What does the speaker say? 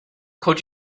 could